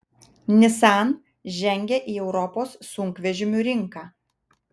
nissan žengia į europos sunkvežimių rinką